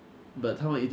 不可能存到